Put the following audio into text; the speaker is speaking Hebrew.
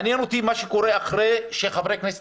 מעניין אותי מה קורה אחרי שחברי הכנסת